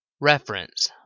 Reference